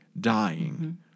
dying